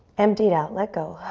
empty it out, let go.